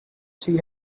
see